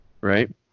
right